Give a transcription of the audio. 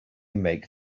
make